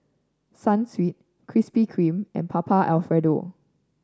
Sunsweet Krispy Kreme and Papa Alfredo